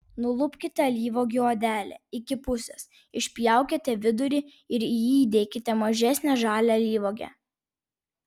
nulupkite alyvuogių odelę iki pusės išpjaukite vidurį ir į jį įdėkite mažesnę žalią alyvuogę